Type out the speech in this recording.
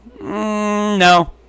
No